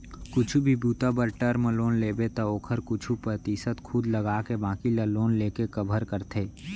कुछु भी बूता बर टर्म लोन लेबे त ओखर कुछु परतिसत खुद लगाके बाकी ल लोन लेके कभर करथे